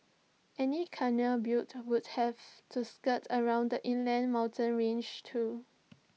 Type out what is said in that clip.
any canal built would have to skirt around the inland mountain ranges too